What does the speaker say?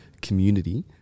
community